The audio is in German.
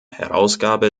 herausgabe